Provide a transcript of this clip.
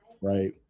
right